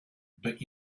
but